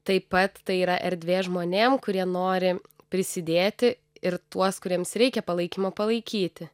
taip pat tai yra erdvė žmonėm kurie nori prisidėti ir tuos kuriems reikia palaikymo palaikyti